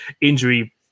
injury